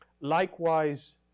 Likewise